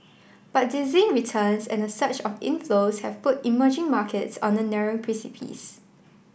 but dizzying returns and a surge of inflows have put emerging markets on a narrow precipice